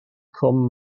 cwm